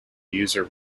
user